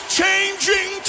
changing